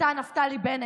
אתה, נפתלי בנט,